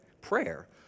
prayer